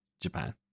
Japan